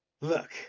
look